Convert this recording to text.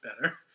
better